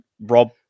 Rob